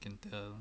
and uh